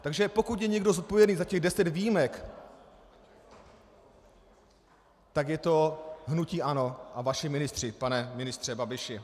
Takže pokud je někdo zodpovědný za těch deset výjimek, pak je to hnutí ANO a vaši ministři, pane ministře Babiši.